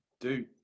Dude